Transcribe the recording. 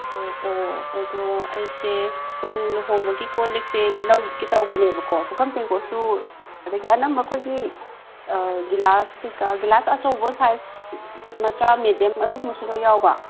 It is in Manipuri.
ꯑꯣ ꯑꯣ ꯑꯗꯣ ꯑꯩꯁꯦ ꯀꯣꯜ ꯂꯨꯍꯣꯡꯕꯒꯤ ꯀꯣꯜ ꯂꯤꯛꯁꯦ ꯂꯧꯒꯦ ꯇꯧꯕꯅꯦꯕꯀꯣ ꯄꯨꯈꯝ ꯇꯦꯡꯀꯣꯠꯁꯨ ꯑꯗꯒꯤ ꯑꯅꯝꯕ ꯑꯩꯈꯣꯏꯒꯤ ꯒꯤꯂꯥꯁ ꯀꯔꯤ ꯀꯔꯥ ꯒꯤꯂꯥꯁ ꯑꯆꯧꯕ ꯁꯥꯏꯖ ꯃꯆꯥ ꯃꯦꯗꯤꯌꯝ ꯑꯗꯨꯒꯨꯝꯕꯁꯨ ꯂꯣꯏꯅ ꯌꯥꯎꯔꯕ